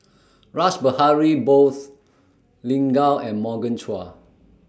Rash Behari Bose Lin Gao and Morgan Chua